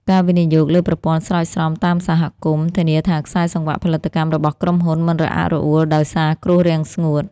ការវិនិយោគលើប្រព័ន្ធស្រោចស្រពតាមសហគមន៍ ធានាថាខ្សែសង្វាក់ផលិតកម្មរបស់ក្រុមហ៊ុនមិនរអាក់រអួលដោយសារគ្រោះរាំងស្ងួត។